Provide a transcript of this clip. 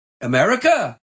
America